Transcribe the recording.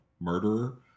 murderer